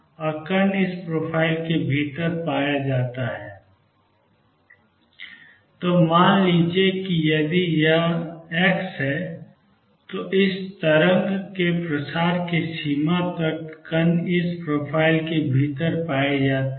और कण इस प्रोफाइल के भीतर पाया जाना है तो मान लीजिए कि यदि यह x है तो इस तरंग के प्रसार की सीमा तक कण इस प्रोफ़ाइल के भीतर पाए जाते हैं